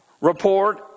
report